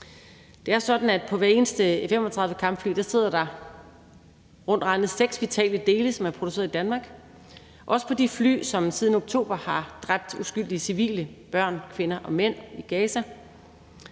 på hvert eneste F-35-kampfly sidder der rundt regnet seks vitale dele, som er produceret i Danmark, også på de fly, som siden oktober har dræbt uskyldige civile børn kvinder og mænd i Gaza.